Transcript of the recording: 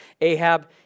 Ahab